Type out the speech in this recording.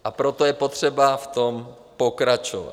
A proto je potřeba v tom pokračovat.